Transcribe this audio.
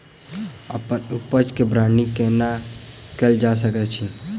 अप्पन उपज केँ ब्रांडिंग केना कैल जा सकैत अछि?